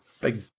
big